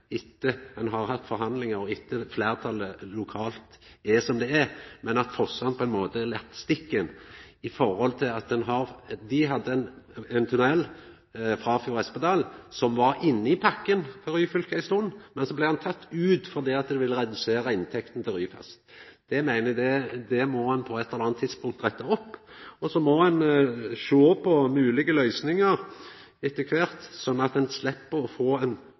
etter at ein har hatt forhandlingar, og etter at fleirtalet lokalt er som det er, men fordi ein på ein måte er laten i stikken med omsyn til at dei hadde ein tunnel, Espedal–Frafjord, som låg inne i pakken for Ryfylke ei stund, men så blei han teken ut, fordi det ville redusera inntekta til Ryfast. Det meiner eg at ein på eit eller anna tidspunkt må retta opp, og så må ein sjå på moglege løysingar etter kvart, sånn at ein slepp å få ein